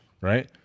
right